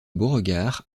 beauregard